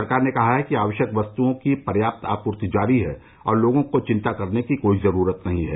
सरकार ने कहा है कि आवश्यक वस्तुओं की पर्याप्त आपूर्ति जारी है और लोगों को चिंता करने की कोई जरूरत नहीं है